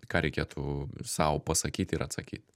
ką reikėtų sau pasakyti ir atsakyt